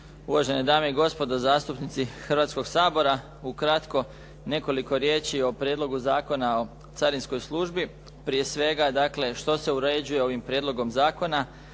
uvažene dame i gospodo zastupnici Hrvatskog sabora. Ukratko nekoliko riječi o Prijedlogu zakona o carinskoj službi. Prije svega dakle, što se uređuje ovim prijedlogom zakona?